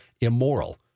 immoral